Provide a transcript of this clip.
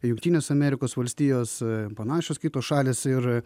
jungtinės amerikos valstijos ir panašios kitos šalys ir